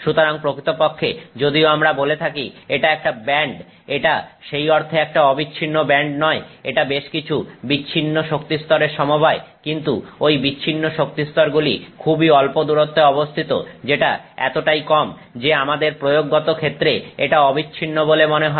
সুতরাং প্রকৃতপক্ষে যদিও আমরা বলে থাকি এটা একটা ব্যান্ড এটা সেই অর্থে একটা অবিচ্ছিন্ন ব্যান্ড নয় এটা বেশ কিছু বিচ্ছিন্ন শক্তিস্তরের সমবায় কিন্তু ঐ বিচ্ছিন্ন শক্তিস্তর গুলি খুবই অল্প দূরত্বে অবস্থিত যেটা এতটাই কম যে আমাদের প্রয়োগগত ক্ষেত্রে এটা অবিচ্ছিন্ন বলে মনে হয়